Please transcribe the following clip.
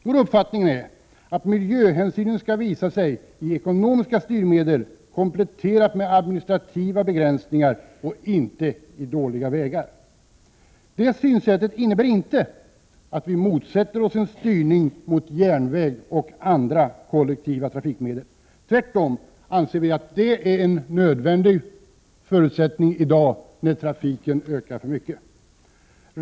Vår uppfattning är att miljöhänsynen skall visa sig i ekonomiska styrmedel, kompletterade med administrativa begränsningar; inte i dåliga vägar. Detta synsätt innebär inte att vi motsätter oss en styrning mot järnväg och andra kollektiva trafikmedel. Tvärtom anser vi att detta är en nödvändig förutsättning i dag, eftersom trafiken ökar för mycket.